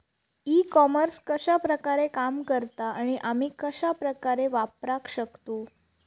E commerce कश्या प्रकारे काम करता आणि आमी कश्या प्रकारे वापराक शकतू?